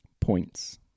Points